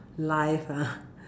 life ah